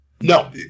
No